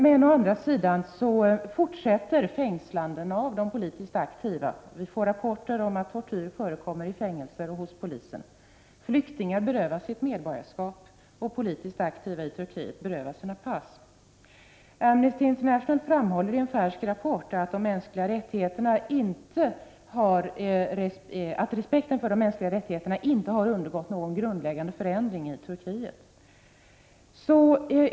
Men å andra sidan fortsätter fängslanden av de politiskt aktiva. Det lämnas rapporter om att tortyr förekommer i fängelser och hos polisen. Flyktingar berövas sitt medborgarskap, och politiskt aktiva i Turkiet berövas sina pass. Amnesty International framhåller i en färsk rapport att respekten för de mänskliga rättigheterna inte har undergått någon grundläggande förändring i Turkiet.